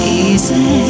easy